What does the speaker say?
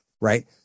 right